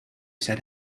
said